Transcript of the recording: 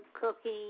cooking